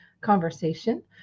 conversation